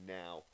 now